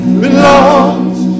belongs